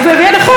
הוא הוזכר, ובצדק.